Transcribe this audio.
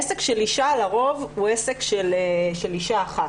עסק של אישה, לרוב הוא עסק של אישה אחת.